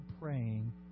praying